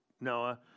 Noah